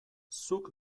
zuk